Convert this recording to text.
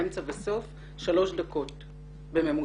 אמצע וסוף במגבלת שלוש דקות בממוצע.